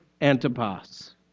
Antipas